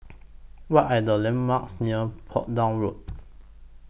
What Are The landmarks near Portsdown Road